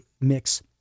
mix